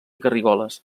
garrigoles